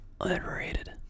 underrated